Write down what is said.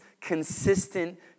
consistent